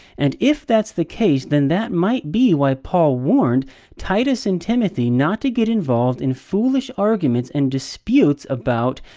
and if that's the case, then that might be why paul warned titus and timothy not to get involved in foolish arguments and disputes about.